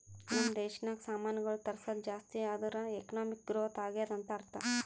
ನಮ್ ದೇಶನಾಗ್ ಸಾಮಾನ್ಗೊಳ್ ತರ್ಸದ್ ಜಾಸ್ತಿ ಆದೂರ್ ಎಕಾನಮಿಕ್ ಗ್ರೋಥ್ ಆಗ್ಯಾದ್ ಅಂತ್ ಅರ್ಥಾ